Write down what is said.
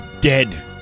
dead